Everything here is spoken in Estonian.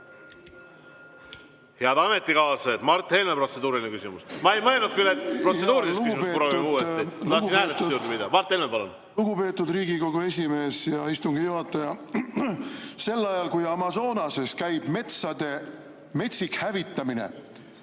Head ametikaaslased! Mart Helme, protseduuriline küsimus. Ma ei mõelnud, et protseduurilist küsimust proovime uuesti. Tahtsin hääletuse juurde minna. Mart Helme, palun! Lugupeetud Riigikogu esimees, hea istungi juhataja! Sel ajal, kui Amazonases käib metsade metsik hävitamine,